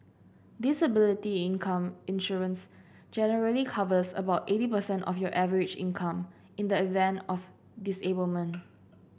disability income insurance generally covers about eighty percent of your average income in the event of disablement